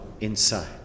inside